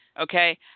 okay